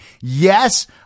Yes